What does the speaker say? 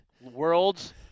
world's